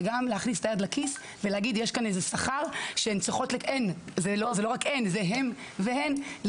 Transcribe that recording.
זה גם להכניס את היד לכיס ולהגיד שיש כאן שכר שהן והם צריכים